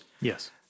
Yes